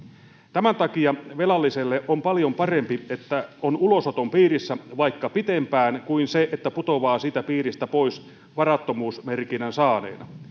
tämän takia velalliselle on paljon parempi se että on ulosoton piirissä vaikka pitempään kuin se että putoaa siitä piiristä pois varattomuusmerkinnän saaneena